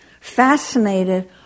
fascinated